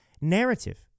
narrative